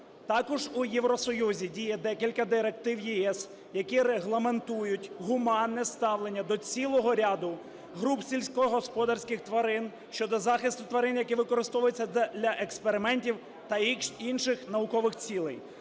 Також у Євросоюзі діє декілька директив ЄС, які регламентують гуманне ставлення до цілого ряду груп сільськогосподарських тварин щодо захисту тварин, які використовуються для експериментів та інших наукових цілей,